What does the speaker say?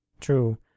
true